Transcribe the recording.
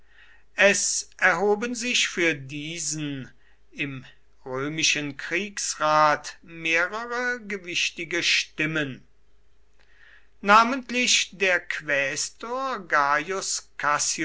es erhoben sich für diesen im römischen kriegsrat mehrere gewichtige stimmen namentlich der quästor